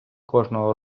кожного